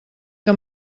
que